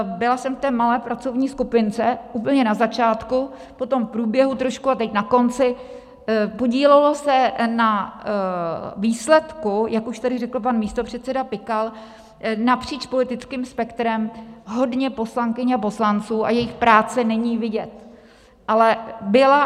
Byla jsem v té malé pracovní skupince, úplně na začátku, potom v průběhu trošku a teď na konci, podílelo se na výsledku, jak už tady řekl pan místopředseda Pikal, napříč politickým spektrem hodně poslankyň a poslanců, a jejich práce není vidět, ale byla.